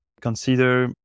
consider